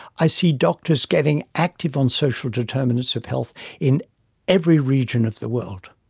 i see doctors getting active on social determinants of health in every region of the world.